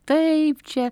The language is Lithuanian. taip čia